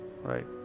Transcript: right